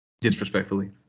Disrespectfully